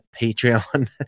patreon